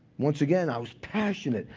once again, i was passionate.